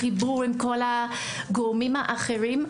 החיבור עם כל הגורמים האחרים,